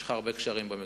יש לך הרבה קשרים במגזר.